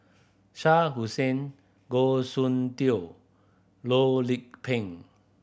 Shah Hussain Goh Soon Tioe Loh Lik Peng